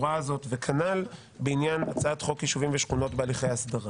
וכנ"ל בעניין הצעת חוק ישובים ושכונות בהליכי הסדרה